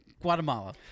Guatemala